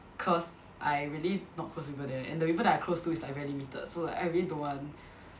cause I really not close to the people there and the people I close to is like very limited so like I really don't want